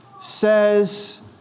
says